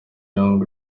young